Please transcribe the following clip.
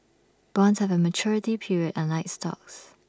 bonds have A maturity period unlike stocks